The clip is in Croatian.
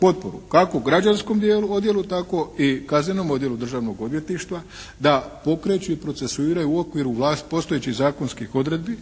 potporu kako građanskom dijelu, odjelu tako i kaznenom odjelu Državnog odvjetništva da pokreću i procesuiraju u okviru postojećih zakonskih odredbi